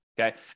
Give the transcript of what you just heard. Okay